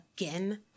again